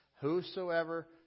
whosoever